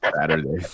Saturday